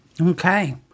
Okay